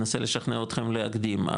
אנסה לשכנע אותכם להקדים,